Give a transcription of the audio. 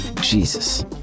Jesus